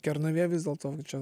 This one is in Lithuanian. kernavė vis dėl to čia